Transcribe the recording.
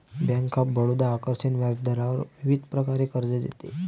bank of Baroda आकर्षक व्याजदरावर विविध प्रकारचे कर्ज देते